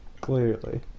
Clearly